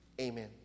amen